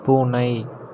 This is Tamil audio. பூனை